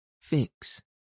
Fix